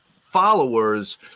followers